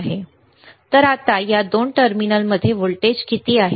तर आता या दोन टर्मिनलमध्ये व्होल्टेज किती आहे